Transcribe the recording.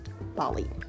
Bali